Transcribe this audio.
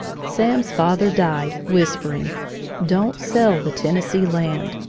sam's father died, whispering don't sell the tennessee land!